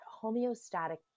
homeostatic